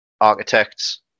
Architects